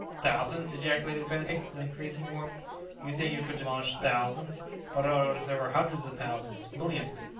thousands! ejaculated benedict, with increasing warmth you think you could demolish thousands but what if they were hundreds of thousands, millions,